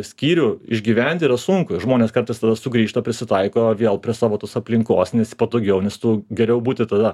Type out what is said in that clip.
skyrių išgyventi yra sunku ir žmonės kartais tada sugrįžta prisitaiko vėl prie savo tos aplinkos nes patogiau nes tu geriau būti tada